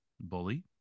Bully